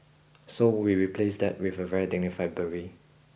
so we replaced that with a very dignified beret